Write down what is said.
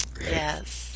Yes